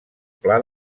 pla